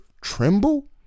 tremble